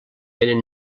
tenen